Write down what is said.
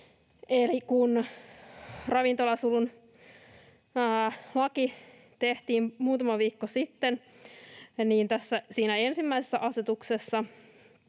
kun ravintolasulun laki tehtiin muutama viikko sitten, niin siinä ensimmäisessä asetuksessa